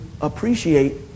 appreciate